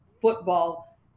football